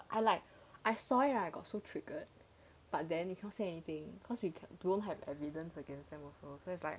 I like I saw it right I got so triggered but then you cannot say anything cause you can don't have evidence against them also so it's like